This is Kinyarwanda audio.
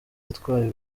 yatwaye